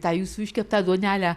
tą jūsų iškeptą duonelę